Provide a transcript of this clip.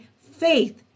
faith